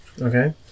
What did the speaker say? Okay